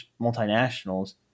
multinationals